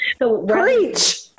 Preach